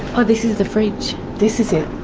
oh this is the fridge? this is it.